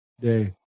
day